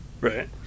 Right